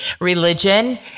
religion